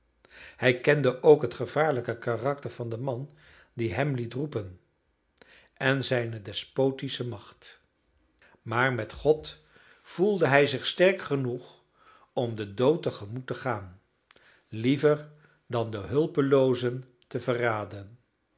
hij kende ook het gevaarlijke karakter van den man die hem liet roepen en zijne despotische macht maar met god voelde hij zich sterk genoeg om den dood tegemoet te gaan liever dan de hulpeloozen te verraden